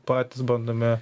patys bandome